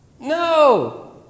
No